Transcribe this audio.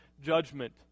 judgment